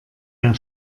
der